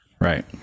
Right